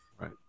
right